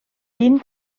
dyn